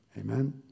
amen